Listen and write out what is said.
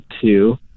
two